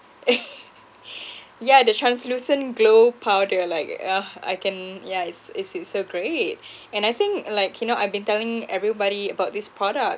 yeah the translucent glow powder like ugh I can yeah it's it's it's so great and I think like you know I've been telling everybody about this product